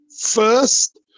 First